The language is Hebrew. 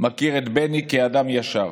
מכיר את בני כאדם ישר,